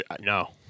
No